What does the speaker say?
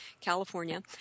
California